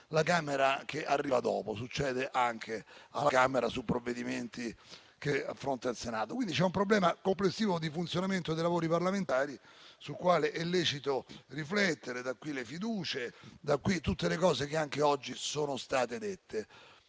la Camera che arriva dopo. Succede anche alla Camera sui provvedimenti che affronta il Senato. C'è un problema complessivo di funzionamento dei lavori parlamentari, sul quale è lecito riflettere; da qui le fiducie, da qui tutte le cose che oggi sono state dette